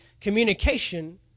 communication